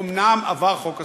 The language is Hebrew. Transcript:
אומנם עבר חוק הספרים.